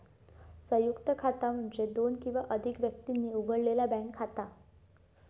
संयुक्त खाता म्हणजे दोन किंवा अधिक व्यक्तींनी उघडलेला बँक खाता